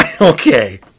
Okay